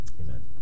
amen